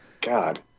God